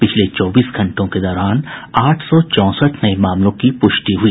पिछले चौबीस घंटों के दौरान आठ सौ चौंसठ नये मामलों की प्रष्टि हुई